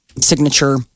signature